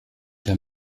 der